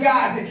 God